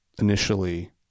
initially